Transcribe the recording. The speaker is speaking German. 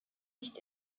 nicht